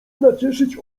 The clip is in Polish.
nacieszyć